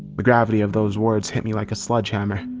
the gravity of those words hit me like a sledgehammer.